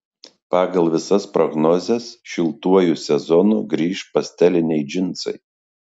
pagal visas prognozes šiltuoju sezonu grįš pasteliniai džinsai